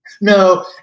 No